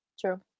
True